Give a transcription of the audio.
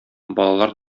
балалар